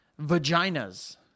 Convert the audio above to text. vaginas